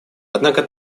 однако